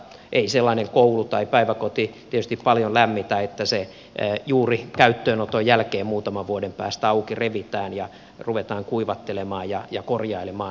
ei sellainen koulu tai päiväkoti tietysti paljon lämmitä joka juuri käyttöönoton jälkeen muutaman vuoden päästä auki revitään ja jota ruvetaan kuivattelemaan ja korjailemaan